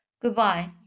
Goodbye